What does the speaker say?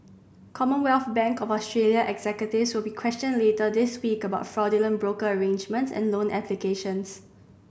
Commonwealth Bank of Australia executives will be questioned later this week about fraudulent broker arrangements and loan applications